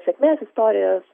sėkmės istorijos